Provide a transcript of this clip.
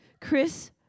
Chris